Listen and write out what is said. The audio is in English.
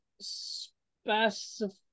specify